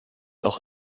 auch